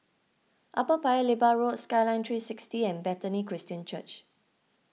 Upper Paya Lebar Road Skyline three sixty and Bethany Christian Church